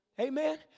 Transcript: Amen